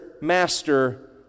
Master